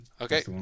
Okay